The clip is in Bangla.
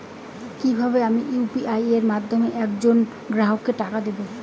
কিভাবে আমি ইউ.পি.আই এর মাধ্যমে এক জন গ্রাহককে টাকা দেবো?